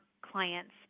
clients